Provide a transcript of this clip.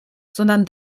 sondern